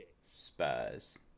Spurs